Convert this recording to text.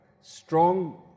strong